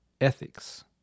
ethics